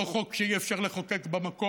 אחיותיי הנשים שעושות שלום,